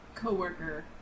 co-worker